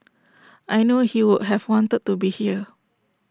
I know he would have wanted to be here